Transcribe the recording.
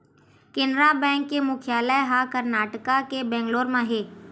Canara bank के मुख्यालय ह करनाटक के बेंगलोर म हे